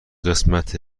قسمت